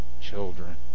children